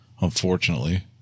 unfortunately